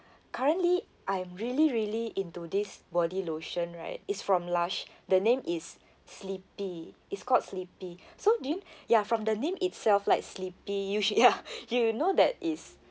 currently I'm really really into this body lotion right is from Lush the name is sleepy is called sleepy so do you ya from the name itself like sleepy you should ya do you know that is